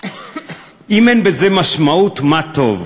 "אם אין בזה משמעות, מה טוב.